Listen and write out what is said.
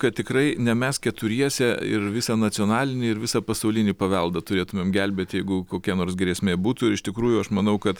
kad tikrai ne mes keturiese ir visą nacionalinį ir visą pasaulinį paveldą turėtumėm gelbėti jeigu kokia nors grėsmė būtų iš tikrųjų aš manau kad